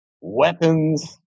weapons